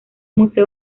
museo